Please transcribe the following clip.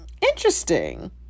Interesting